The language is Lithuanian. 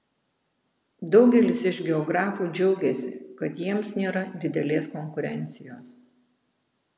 daugelis iš geografų džiaugiasi kad jiems nėra didelės konkurencijos